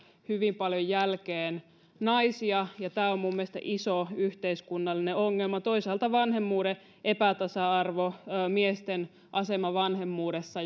hyvin paljon jälkeen naisia ja tämä on minun mielestäni iso yhteiskunnallinen ongelma toisaalta on myös vanhemmuuden epätasa arvo miesten asema vanhemmuudessa